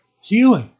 healing